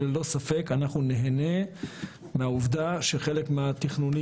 ללא ספק אנחנו נהנה מהעובדה שחלק מהתכנונים